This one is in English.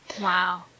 Wow